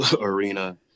arena